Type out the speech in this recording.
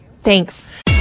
Thanks